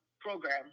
program